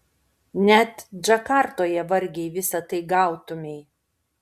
net džakartoje vargiai visa tai gautumei